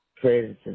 created